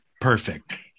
perfect